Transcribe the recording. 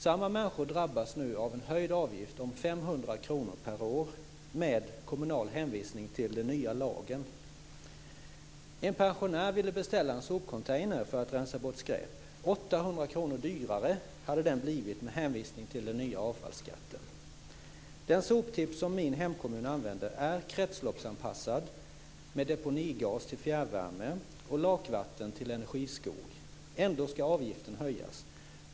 Samma människor drabbas nu av en höjd avgift på En pensionär ville beställa en sopcontainer för att rensa bort skräp. Den hade blivit 800 kr dyrare med hänvisning till den nya avfallsskatten. Den soptipp som min hemkommun använder är kretsloppsanpassad med deponigas till fjärrvärme och lakvatten till energiskog. Ändå ska avgiften höjas.